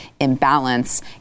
imbalance